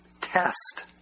test